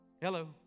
Hello